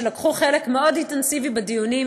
שלקחו חלק מאוד אינטנסיבי בדיונים,